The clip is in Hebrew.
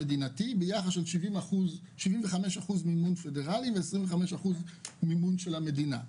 של 75% מימון פדרלי ו-25% מימון של המדינה.